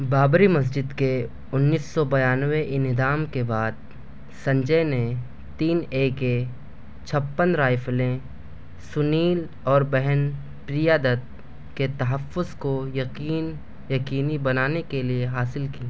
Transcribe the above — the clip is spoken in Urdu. بابری مسجد کے انیس سو بیانوے انہدام کے بعد سنجے نے تین اے کے چھپن رائفلیں سنیل اور بہن پریا دت کے تحفظ کو یقین یقینی بنانے کے لیے حاصل کیں